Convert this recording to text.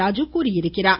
ராஜு தெரிவித்திருக்கிறார்